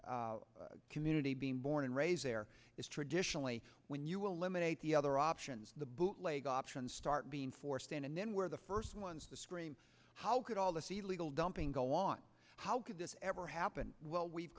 community being born and raised there is traditionally when you will limit the other options the bootleg options start being forced in and then where the first ones to scream how could all this the legal dumping go on how could this ever happen well we've